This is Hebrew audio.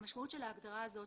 המשמעות של ההגדרה הזאת,